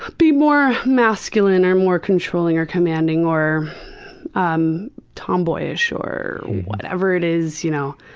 be more masculine or more controlling or commanding or um tomboy-ish or whatever it is. you know